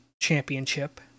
Championship